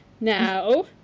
Now